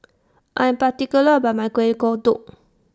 I'm particular about My Kuih Kodok